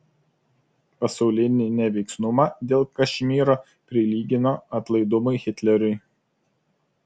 pasaulinį neveiksnumą dėl kašmyro prilygino atlaidumui hitleriui